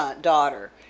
daughter